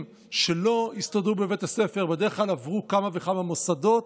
שלא הסתדרו בבית הספר ובדרך כלל עברו כמה וכמה מוסדות.